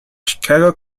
chicago